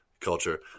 culture